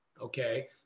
Okay